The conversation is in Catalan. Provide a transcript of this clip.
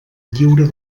lliure